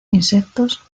insectos